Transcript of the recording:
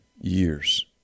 years